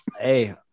Hey